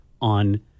on